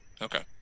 Okay